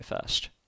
first